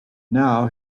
now